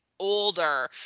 older